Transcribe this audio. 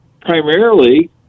primarily